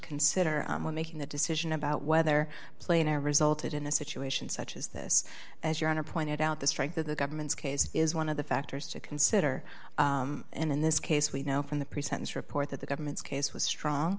consider when making the decision about whether playing or resulted in a situation such as this as your honor pointed out the strength of the government's case is one of the factors to consider and in this case we know from the pre sentence report that the government's case was strong